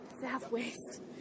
southwest